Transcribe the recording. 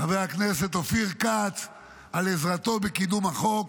חבר הכנסת אופיר כץ על עזרתו בקידום החוק,